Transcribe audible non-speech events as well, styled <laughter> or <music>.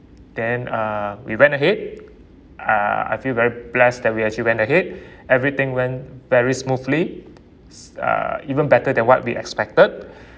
then uh we went ahead uh I feel very blessed that we actually went ahead <breath> everything went very smoothly uh even better than what we expected <breath>